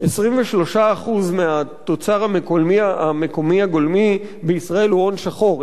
23% מהתוצר המקומי הגולמי בישראל הוא הון שחור.